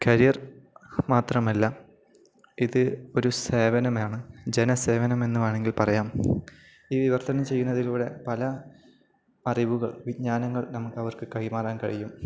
career മാത്രമല്ല ഇത് ഒരു സേവനമാണ് ജനസേവനം എന്നു വേണമെങ്കിൽ പറയാം ഈ വിവർത്തനം ചെയ്യുന്നതിലൂടെ പല അറിവുകൾ വിജ്ഞാനങ്ങൾ നമുക്ക് അവർക്കു കൈമാറാൻ കഴിയും